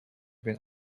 been